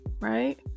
right